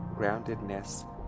groundedness